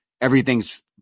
everything's